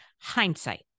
hindsight